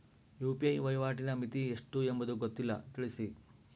UPI ವಹಿವಾಟಿನ ಮಿತಿ ಎಷ್ಟು ಎಂಬುದು ಗೊತ್ತಿಲ್ಲ? ತಿಳಿಸಿ?